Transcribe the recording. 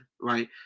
right